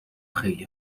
خیلی